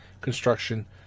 construction